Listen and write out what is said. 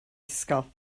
ysgol